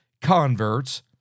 converts